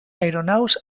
aeronaus